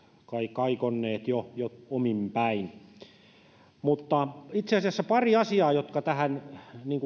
kaikonneet jo jo omin päin itse asiassa pari asiaa jotka tähän